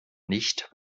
nicht